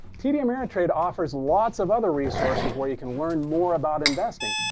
td ameritrade offers lots of other resources where you can learn more about investing.